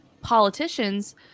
politicians